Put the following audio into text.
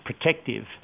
protective